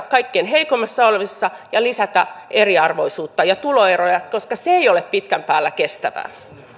kaikkein heikoimmassa asemassa olevilta ja lisätä eriarvoisuutta ja tuloeroja koska se ei ole pitkän päälle kestävää